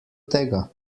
tega